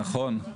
נכון.